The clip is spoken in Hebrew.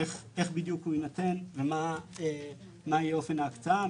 איך בדיוק הוא יינתן ומה יהיה אופן ההקצאה.